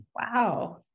Wow